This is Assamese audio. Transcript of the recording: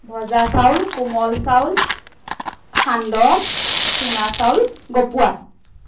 ভজা চাউল কোমল চাউল সান্দহ চুঙা চাউল গপোৱা